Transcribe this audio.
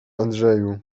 andrzeju